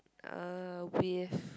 uh with